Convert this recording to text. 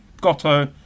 Goto